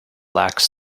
lacks